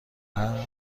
رعد